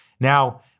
now